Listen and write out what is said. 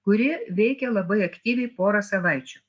kuri veikia labai aktyviai porą savaičių